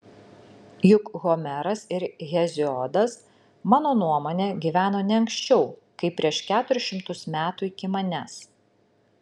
juk homeras ir heziodas mano nuomone gyveno ne anksčiau kaip prieš keturis šimtus metų iki manęs